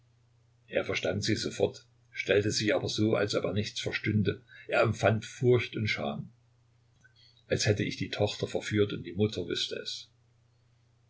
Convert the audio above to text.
er verstand sie sofort stellte sich aber so als ob er nichts verstünde er empfand furcht und scham als hätte ich die tochter verführt und die mutter wüßte es